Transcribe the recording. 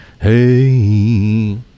Hey